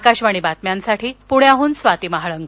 आकाशवाणी बातम्यांसाठी प्ण्याहन स्वाती महाळंक